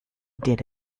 did